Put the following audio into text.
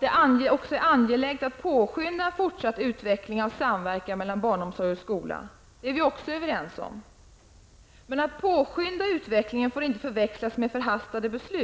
Vi är också överens om att det är angeläget att påskynda en fortsatt utveckling av samverkan mellan barnomsorg och skola. Men att påskynda utvecklingen får inte förväxlas med att ta förhastade beslut.